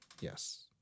yes